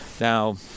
Now